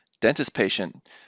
dentist-patient